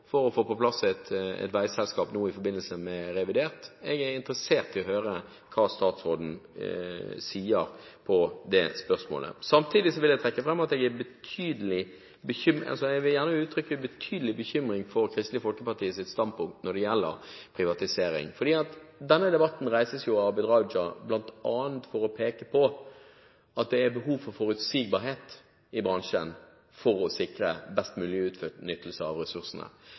for å få på plass et veiselskap i forbindelse med revidert. Jeg er interessert i å høre hva statsråden sier om det spørsmålet. Samtidig vil jeg uttrykke betydelig bekymring for Kristelig Folkepartis standpunkt når det gjelder privatisering, for denne debatten reises av Abid Q. Raja bl.a. for å peke på at det er behov for forutsigbarhet i bransjen, for å sikre best mulig utnyttelse av ressursene.